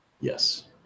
Yes